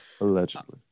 allegedly